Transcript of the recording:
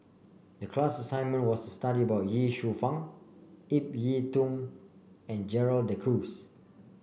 the class assignment was study about Ye Shufang Ip Yiu Tung and Gerald De Cruz